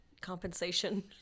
compensation